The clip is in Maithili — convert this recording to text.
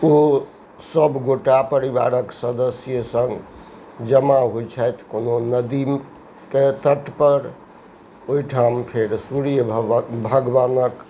ओ सभ गोटा परिवारक सदस्यके सङ्ग जमा होइ छथि कोअनो नदीके तटपर ओहिठाम फेर सूर्य भगवानके